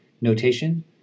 notation